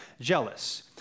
jealous